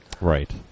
Right